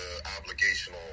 obligational